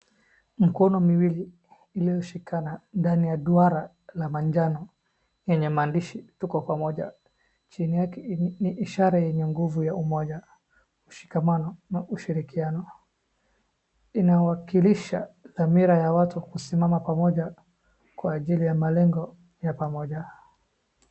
Mikono miwili iliyoshikana ndani ya duara ya manjano yenye maandishi tuko pamoja. Ishara yenye nguvu, umoja, ushikamano na ushirikiano. Inawakilisha dhamira ya watu kusimama pamoja kwa ajili ya malengo ya pamoja.